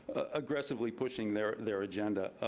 aggressively pushing their their agenda.